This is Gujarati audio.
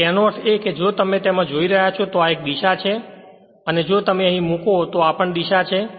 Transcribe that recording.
તેથી તેનો અર્થ એ કે જો તમે તેમાં જોઈ રહ્યા છો તો આ એક દિશા છે અને જો તમે અહીં મૂકો તો આ પણ દિશા છે